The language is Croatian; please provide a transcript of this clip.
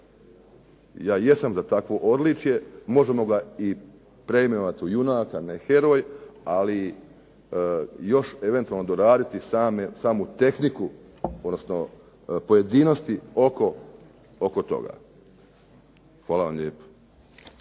Ja jesam za takvo odličje. Možemo ga i preimenovati u junaka, ne heroj. Ali još eventualno doraditi samu tehniku, odnosno pojedinosti oko toga. Hvala vam lijepo.